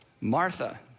Martha